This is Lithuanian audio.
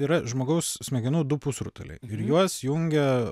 yra žmogaus smegenų du pusrutuliai ir juos jungia